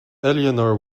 eleanor